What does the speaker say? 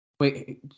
Wait